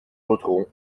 voterons